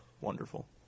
wonderful